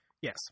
Yes